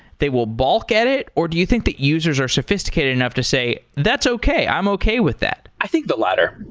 they will balk at it or do you think the users are sophisticated enough to say, that's okay. i'm okay with that. i think the latter.